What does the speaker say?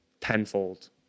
tenfold